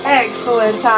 excellent